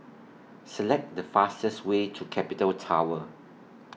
Select The fastest Way to Capital Tower